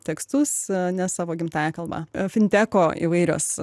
tekstus ne savo gimtąja kalba finteko įvairios